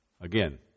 Again